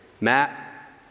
Matt